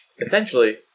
essentially